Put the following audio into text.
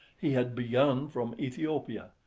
he had begun from aethiopia,